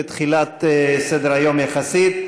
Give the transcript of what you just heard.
בתחילת סדר-היום יחסית.